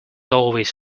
always